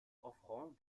offrant